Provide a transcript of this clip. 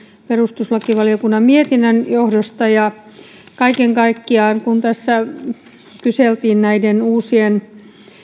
perustuslakivaliokunnan mietinnön johdosta kaiken kaikkiaan kun kyseltiin näiden uusien